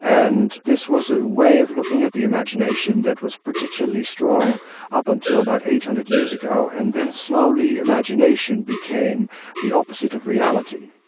and this was a way of looking at the imagination that was particularly strong up until about eight hundred years ago, and then slowly imagination became the opposite of reality.